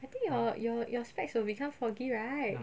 I think your your your specs will become foggy right